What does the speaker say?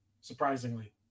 surprisingly